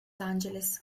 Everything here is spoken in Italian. angeles